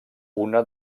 una